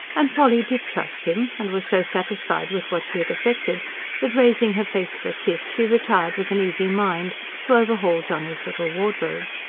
and polly did trust him, and was so satisfied with what she had effected that, raising her face for a kiss, she retired with an easy mind to overhaul johnny's little wardrobe.